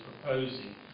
proposing